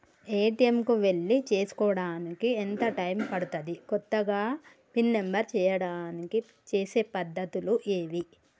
ATM కు వెళ్లి చేసుకోవడానికి ఎంత టైం పడుతది? కొత్తగా పిన్ నంబర్ చేయడానికి చేసే పద్ధతులు ఏవి?